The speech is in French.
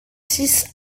six